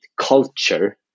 culture